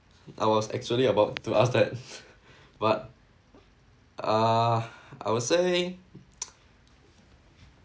I was actually about to ask that but uh I would say